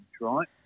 right